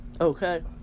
Okay